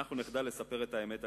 אנחנו נחדל לספר את האמת עליהם.